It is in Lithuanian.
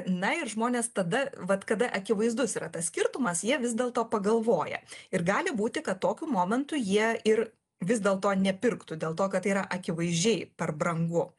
na ir žmonės tada vat kada akivaizdus yra tas skirtumas jie vis dėlto pagalvoja ir gali būti kad tokiu momentu jie ir vis dėlto nepirktų dėl to kad tai yra akivaizdžiai per brangu